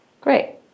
Great